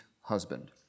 husband